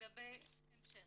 לגבי ההמשך.